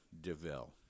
Deville